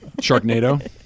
Sharknado